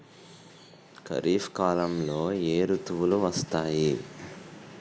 ఖరిఫ్ కాలంలో ఏ ఋతువులు వస్తాయి?